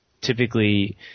typically